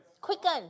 Quicken